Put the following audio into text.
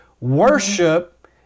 worship